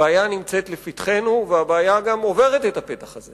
הבעיה נמצאת לפתחנו, והבעיה גם עוברת את הפתח הזה